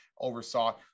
oversaw